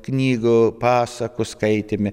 knygų pasakų skaitėme